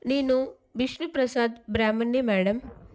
నీను బిష్ణు ప్రసాద్ బ్రామ్మని మేడం